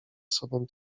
sobą